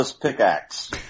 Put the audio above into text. Pickaxe